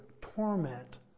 torment